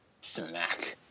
Smack